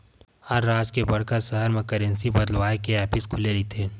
हर राज के बड़का सहर म करेंसी बदलवाय के ऑफिस खुले रहिथे